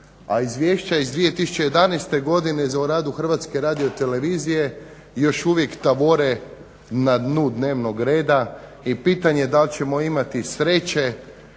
a izvješća iz 2011. godine o radu HRT-a još uvijek tabore na dnu dnevnog reda i pitanje da li ćemo imati sreće,